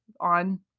on